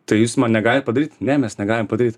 tai jūs man negalit padaryt mes negalim padaryt